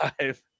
five